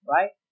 Right